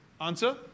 Answer